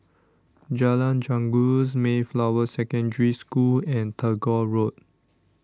Jalan Janggus Mayflower Secondary School and Tagore Road